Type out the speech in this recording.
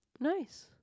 Nice